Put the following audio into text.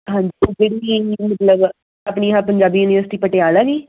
ਹਾਂਜੀ ਜਿਹੜੀ ਆਪਣੀ ਆਹ ਪੰਜਾਬੀ ਯੂਨੀਵਰਸਿਟੀ ਪਟਿਆਲਾ ਦੀ